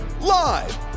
live